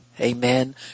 amen